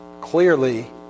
clearly